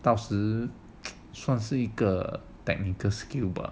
到时算是一个 technical skill bah